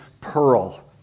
pearl